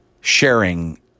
sharing